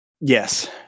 yes